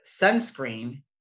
sunscreen